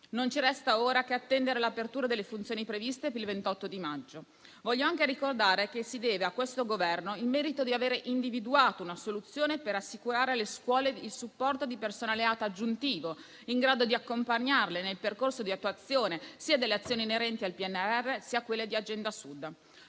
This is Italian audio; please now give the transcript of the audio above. Non ci resta ora che attendere l'apertura delle funzioni previste per il 28 maggio. Voglio anche ricordare che si deve a questo Governo il merito di avere individuato una soluzione per assicurare alle scuole il supporto di personale ATA aggiuntivo in grado di accompagnarle nel percorso di attuazione sia delle azioni inerenti al PNRR, sia di quella di Agenda Sud.